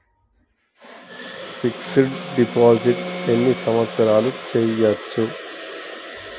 Fix డ్ deposit ఎన్ని సంవత్సరాలు చేయచ్చు?